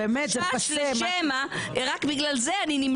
שם מחליטים אם לאשר את הבקשה.